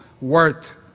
worth